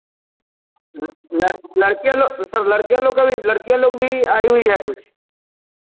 लड़के लोग सर लड़कियाँ लोग का भी लड़कियाँ लोग का भी आई हुई हैं कुछ